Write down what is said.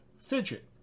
fidget